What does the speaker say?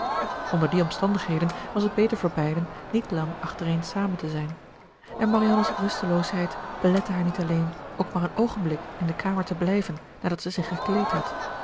onder die omstandigheden was het beter voor beiden niet lang achtereen samen te zijn en marianne's rusteloosheid belette haar niet alleen ook maar een oogenblik in de kamer te blijven nadat zij zich gekleed had